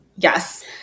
Yes